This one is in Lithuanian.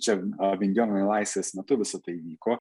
čia avinjono nelaisvės metu visa tai vyko